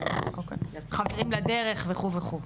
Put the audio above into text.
חברים לדרך וכדומה.